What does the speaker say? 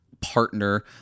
partner